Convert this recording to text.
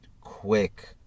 quick